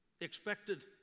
expected